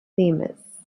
themis